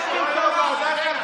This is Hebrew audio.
לא, לוועדת הכלכלה.